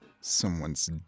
Someone's